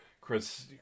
Chris